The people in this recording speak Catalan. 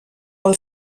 pel